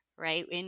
right